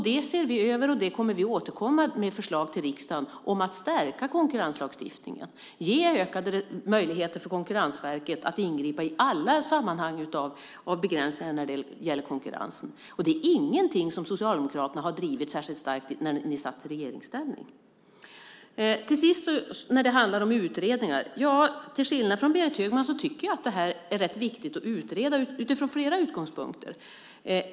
Det ser vi över, och vi kommer att återkomma med förslag till riksdagen om att stärka konkurrenslagstiftningen och ge ökade möjligheter för Konkurrensverket att ingripa i alla sammanhang av begränsningar när det gäller konkurrensen. Det är ingenting som Socialdemokraterna har drivit särskilt starkt när ni satt i regeringsställning. Till sist handlar det om utredningar. Ja, till skillnad från Berit Högman tycker jag att det här är rätt viktigt att utreda utifrån flera utgångspunkter.